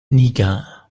niger